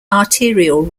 arterial